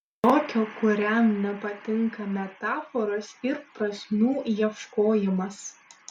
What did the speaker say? tokio kuriam nepatinka metaforos ir prasmių ieškojimas